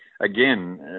again